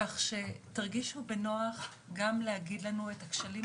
כך שתרגישו בנוח גם להגיד לנו את הכשלים